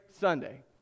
Sunday